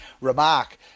Remark